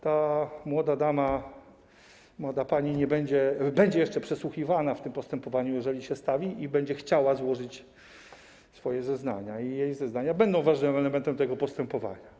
Ta młoda dama, młoda pani będzie jeszcze przesłuchiwana w tym postępowaniu, jeżeli się stawi i będzie chciała złożyć zeznania, i jej zeznania będą ważnym elementem tego postępowania.